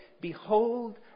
behold